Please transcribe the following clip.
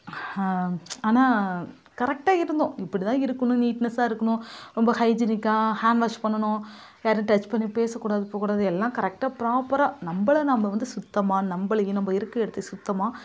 ஆனால் கரெக்டாக இருந்தோம் இப்படி தான் இருக்கணும் நீட்நெஸ்ஸாக இருக்கணும் ரொம்ப ஹைஜீனிக்காக ஹாண்ட் வாஷ் பண்ணணும் யாரையும் டச் பண்ணி பேசக்கூடாது போக கூடாது எல்லாம் கரெக்டாக ப்ராப்பராக நம்மள நம்ம வந்து சுத்தமாக நம்பளையும் நம்ம இருக்கிற இடத்தையும் சுத்தமாக